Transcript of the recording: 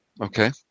okay